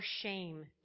shame